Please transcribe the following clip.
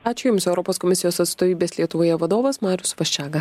ačiū jums europos komisijos atstovybės lietuvoje vadovas marius vaščega